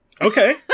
Okay